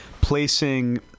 placing